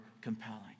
compelling